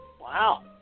Wow